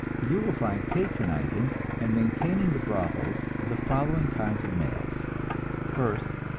you will find patronizing and maintaining the brothels the following kinds of males first,